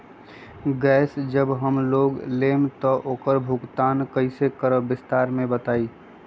Gas जब हम लोग लेम त उकर भुगतान कइसे करम विस्तार मे बताई?